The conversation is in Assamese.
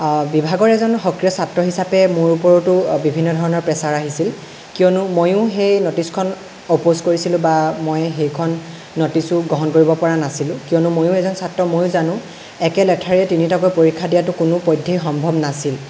বিভাগৰ এজন সক্ৰিয় ছাত্ৰ হিচাপে মোৰ ওপৰতো বিভিন্ন ধৰণৰ প্ৰেছাৰ আহিছিল কিয়নো ময়ো সেই ন'টিচখন অ'পোজ কৰিছিলোঁ বা মই সেইখন ন'টিচখন গ্ৰহণ কৰিব পৰা নাছিলোঁ কিয়নো ময়ো এজন ছাত্ৰ ময়ো জানো একে লেঠাৰিয়ে তিনিটাকৈ পৰীক্ষা দিয়াটো কোনোপধ্যেই সম্ভৱ নাছিল